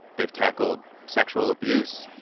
they've tackled sexual abuse,